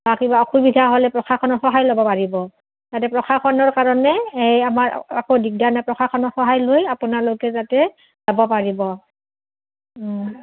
বা কিবা অসুবিধা হ'লে প্ৰশাসনৰ সহায় ল'ব পাৰিব যাতে প্ৰশাসনৰ কাৰণে এই আমাৰ একো দিগদাৰ নাই প্ৰশাসনৰ সহায় লৈ আপোনালোকে যাতে যাব পাৰিব অঁ